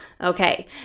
Okay